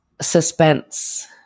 suspense